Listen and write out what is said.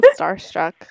starstruck